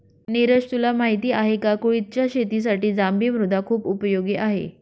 निरज तुला माहिती आहे का? कुळिथच्या शेतीसाठी जांभी मृदा खुप उपयोगी आहे